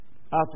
Africa